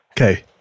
okay